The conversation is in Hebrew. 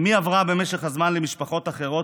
אימי עברה במשך הזמן למשפחות אחרות,